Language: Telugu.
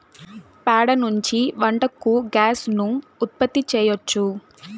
ప్యాడ నుంచి వంటకు గ్యాస్ ను ఉత్పత్తి చేయచ్చు